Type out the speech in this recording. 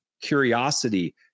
curiosity